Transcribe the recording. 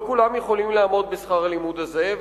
לא כולם יכולים לעמוד בשכר הלימוד הזה.